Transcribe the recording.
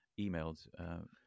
emailed